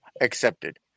accepted